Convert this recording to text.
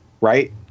right